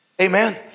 Amen